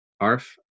Arf